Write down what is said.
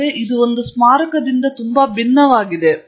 ಆದರೆ ಇದು ಒಂದು ಸ್ಮಾರಕದಿಂದ ತುಂಬಾ ಭಿನ್ನವಾಗಿದೆ